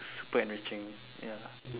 super enriching ya